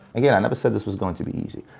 again, i never said this was going to be easy.